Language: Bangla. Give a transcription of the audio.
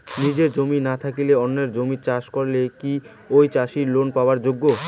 নিজের জমি না থাকি অন্যের জমিত চাষ করিলে কি ঐ চাষী লোন পাবার যোগ্য?